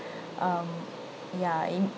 um ya and